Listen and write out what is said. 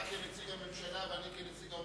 אתה כנציג הממשלה ואני כנציג האופוזיציה,